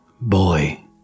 boy